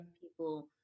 people